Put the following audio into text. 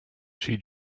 she